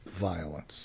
violence